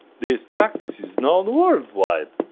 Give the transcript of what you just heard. this practice is known worldwide.